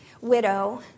widow